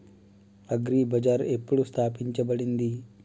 Agri బజార్ ఎప్పుడు స్థాపించబడింది?